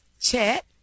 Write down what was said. chat